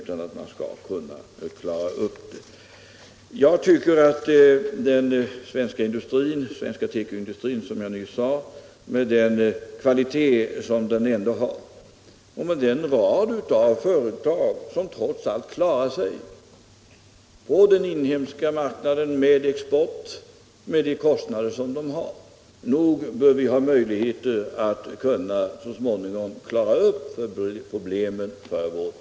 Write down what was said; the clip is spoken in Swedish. Jag tycker som sagt att med den kvalitet som den svenska tekoindustrin ändå har och den rad av företag, som med de kostnader de har trots allt klarar sig på den inhemska marknaden och på exportmarknaden bör vi ha möjligheter att så småningom klara upp problemen.